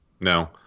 No